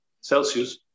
Celsius